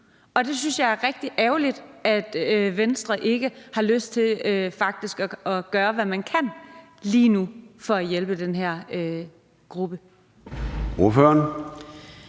og jeg synes, at det er rigtig ærgerligt, at Venstre faktisk ikke har lyst til at gøre, hvad man kan lige nu, for at hjælpe den her gruppe.